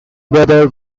brother